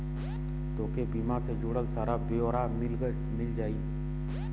तोके बीमा से जुड़ल सारा ब्योरा मिल जाई